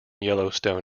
yellowstone